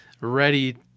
ready